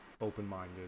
open-minded